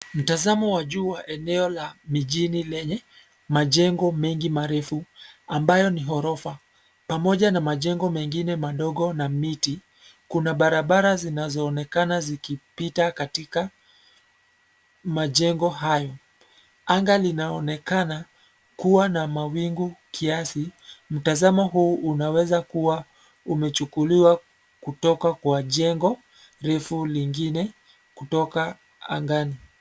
Mtazamo wa juu wa eneo la mijini lenye majengo mengi marefu ambayo ni ghorofa, pamoja majengo mengine madogo na miti. Kuna barabara zinazoonekana zikipita katika majengo hayo. Anga linaonekana kuwa na mawingu kiasi. Mtazamo huu unaweza kuwa umechukuliwa kutoka kwa jengo refu lingine kutoka angani.